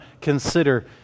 consider